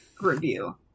review